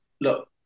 Look